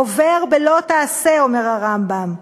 עובר בלא תעשה, אומר הרמב"ם,